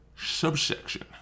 subsection